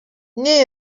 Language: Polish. nie